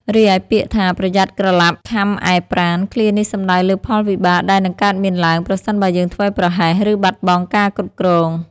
រីឯពាក្យថា "ប្រយ័ត្នក្រឡាប់ខាំឯប្រាណ"ឃ្លានេះសំដៅលើផលវិបាកដែលនឹងកើតមានឡើង ប្រសិនបើយើងធ្វេសប្រហែស ឬបាត់បង់ការគ្រប់គ្រង។